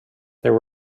there